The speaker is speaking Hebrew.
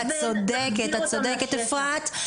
את צודקת אפרת,